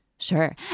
Sure